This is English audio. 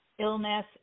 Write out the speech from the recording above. illness